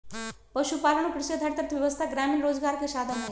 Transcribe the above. पशुपालन और कृषि आधारित अर्थव्यवस्था ग्रामीण रोजगार के साधन हई